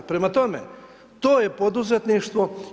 Prema tome, to je poduzetništvo.